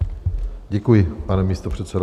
Děkuji, pane místopředsedo.